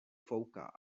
fouká